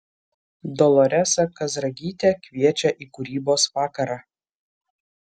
doloresa kazragytė kviečia į kūrybos vakarą